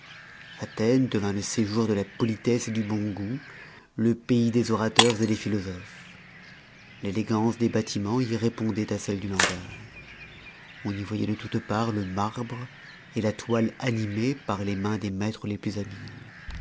athènes devint le séjour de la politesse et du bon goût le pays des orateurs des philosophes l'élégance des bâtimens y répondoit à celle du langage on y voyoit de toutes parts le marbre la toile animés par les mains des maîtres les plus habiles